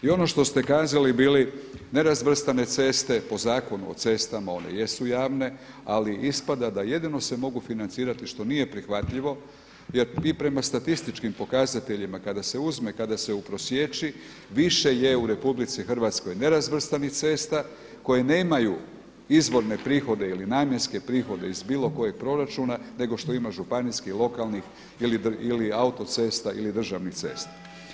I ono što ste kazali bili nerazvrstane ceste po Zakonu o cestama one jesu javne, ali ispada da jedino se mogu financirati što nije prihvatljivo jer i prema statističkim pokazateljima kada se uzme, kada se uprosječi više je u RH nerazvrstanih cesta koje nemaju izvorne prihode ili namjenske prihode iz bilo kojeg proračuna, nego što ima županijski, lokalni ili autocesta ili državnih cesta.